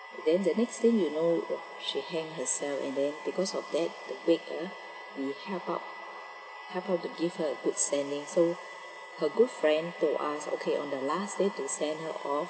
and the next thing you know uh she hang herself and then because of that the wake ah we help out help out to give her a good sending so her good friend told us okay on the last day to send her off